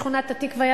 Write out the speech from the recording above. שכונת-התקווה,